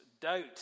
Doubt